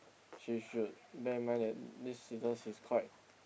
she should bear in mind that this scissors is quite